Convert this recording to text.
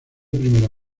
primera